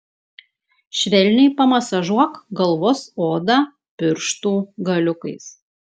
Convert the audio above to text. švelniai pamasažuok galvos odą pirštų galiukais